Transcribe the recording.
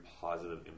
positive